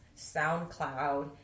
SoundCloud